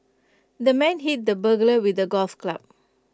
the man hit the burglar with A golf club